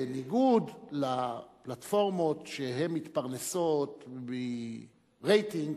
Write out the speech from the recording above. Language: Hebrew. בניגוד לפלטפורמות שמתפרנסות מרייטינג,